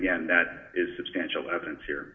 again that is substantial evidence here